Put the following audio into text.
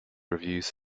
reviews